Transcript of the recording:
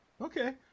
Okay